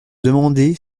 demander